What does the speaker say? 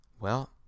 Well